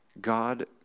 God